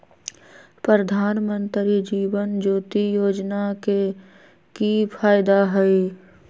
प्रधानमंत्री जीवन ज्योति योजना के की फायदा हई?